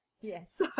Yes